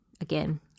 Again